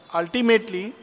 ultimately